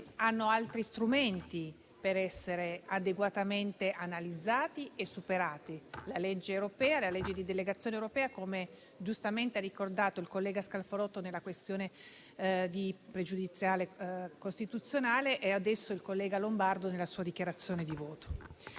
hanno altri strumenti per essere adeguatamente analizzati e superati, la legge europea e la legge di delegazione europea, come giustamente hanno ricordato il collega Scalfarotto nell'illustrazione della sua questione pregiudiziale di costituzionalità e adesso il collega Lombardo nella sua dichiarazione di voto.